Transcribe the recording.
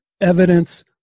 evidence